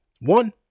One